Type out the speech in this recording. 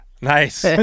Nice